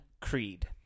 Creed